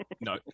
no